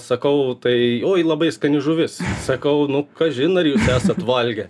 sakau tai oi labai skani žuvis sakau nu kažin ar jūs esat valgę